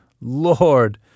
Lord